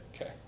Okay